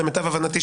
למיטב הבנתי,